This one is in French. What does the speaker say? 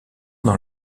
dans